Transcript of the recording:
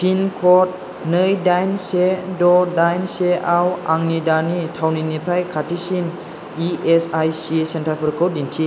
पिनक'ड नै डाइन से द' डाइन से आव आंनि दानि थावनिनिफ्राय खाथिसिन इ एस आइ सि सेन्टारफोरखौ दिन्थि